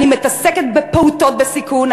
אני מתעסקת בפעוטות בסיכון,